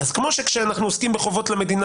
אז כמו שאנחנו עוסקים בחובות למדינה,